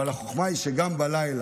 אבל החוכמה היא שגם בלילה,